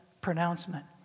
pronouncement